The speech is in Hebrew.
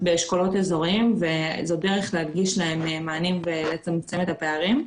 באשכולות אזוריים וזאת דרך להגיש להם מענים ולצמצם את הפערים.